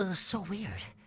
um so weird.